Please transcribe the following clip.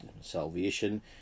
salvation